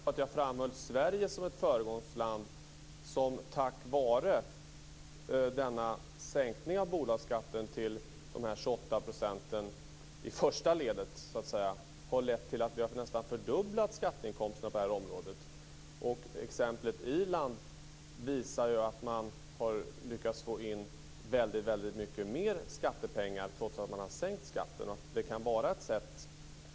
Herr talman! Det har jag verkligen inte gjort, utan jag pekade snarare ut Sverige som ett föregångsland. Sänkningen av bolagsskatten till 28 % i första ledet har lett till att vi nästan fördubblat skatteinkomsterna på det här området. Exemplet Irland visar att man har lyckats få in väldigt mycket mer skattepengar trots att man har sänkt skatten. Det kan vara ett sätt.